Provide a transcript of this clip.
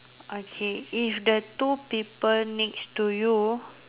okay if the two people next to you